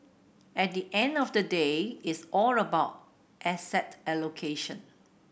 at the end of the day it's all about asset allocation